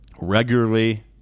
regularly